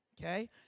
okay